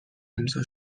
امضا